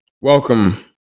Welcome